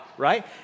right